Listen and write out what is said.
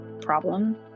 problem